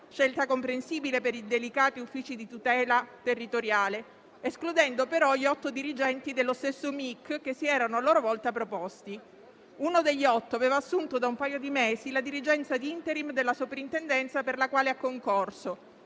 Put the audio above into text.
scelta comprensibile per i delicati uffici di tutela territoriale, escludendo però gli otto dirigenti dello stesso Mic che si erano a loro volta proposti; uno degli otto aveva assunto da un paio di mesi la dirigenza *ad interim* della soprintendenza per la quale ha concorso,